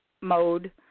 mode